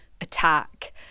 attack